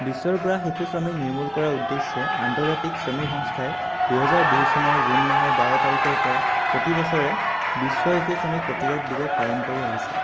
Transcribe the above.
বিশ্বৰ পৰা শিশু শ্ৰমিক নিৰ্মূল কৰা উদ্দেশ্যে আন্তৰ্জাতিক শ্ৰমিক সংস্থাই দুহেজাৰ দুই চনৰ জুন মাহৰ বাৰ তাৰিখৰ পৰা প্ৰতিবছৰে বিশ্ব শিশু শ্ৰমিক প্ৰতিৰোধ দিৱস পালন কৰি আহিছে